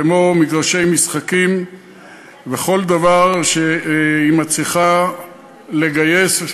כמו מגרשי משחקים וכל דבר שהיא מצליחה לגייס,